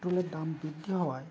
পেট্রোলের দাম বৃদ্ধি হওয়ায়